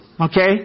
okay